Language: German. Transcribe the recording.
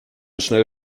schnell